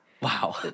wow